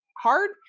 hard